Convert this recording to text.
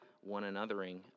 one-anothering